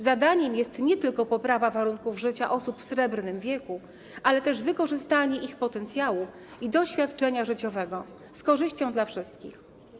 Zadaniem jest nie tylko poprawa warunków życia osób w srebrnym wieku, ale też wykorzystanie ich potencjału i doświadczenia życiowego z korzyścią dla wszystkich.